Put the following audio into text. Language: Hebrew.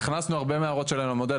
והכנסנו הרבה הערות שלהם למודל.